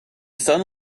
sun